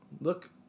look